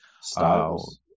styles